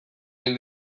hil